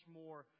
more